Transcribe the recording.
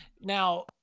now